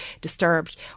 disturbed